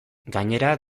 gainera